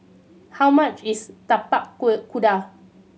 how much is tapak kuda